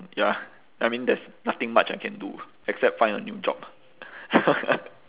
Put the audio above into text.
ya I mean there's nothing much I can do except find a new job